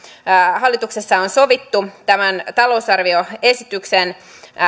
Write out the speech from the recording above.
hallituksessa on sovittu tämän talousarvioesityksen